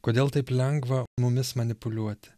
kodėl taip lengva mumis manipuliuoti